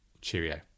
Cheerio